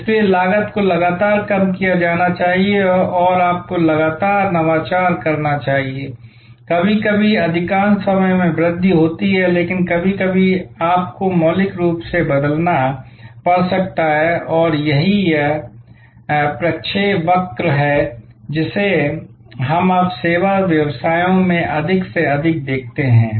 इसलिए लागत को लगातार कम किया जाना चाहिए और आपको लगातार नवाचार करना चाहिए कभी कभी अधिकांश समय में वृद्धि होती है लेकिन कभी कभी आपको मौलिक रूप से बदलना पड़ सकता है और यही वह प्रक्षेपवक्र है जिसे हम अब सेवा व्यवसायों में अधिक से अधिक देखते हैं